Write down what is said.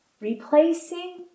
replacing